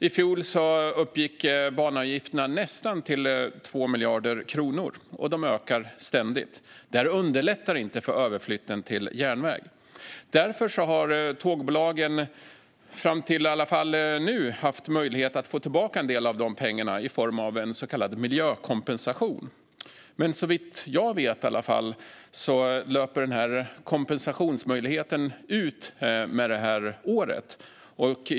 I fjol uppgick banavgifterna till nästan 2 miljarder kronor, och de ökar ständigt. Det här underlättar inte överflytten till järnväg. Därför har tågbolagen haft möjlighet att få tillbaka en del av de pengarna i form av så kallad miljökompensation - i alla fall fram till nu. Såvitt jag vet löper den kompensationsmöjligheten ut med detta år.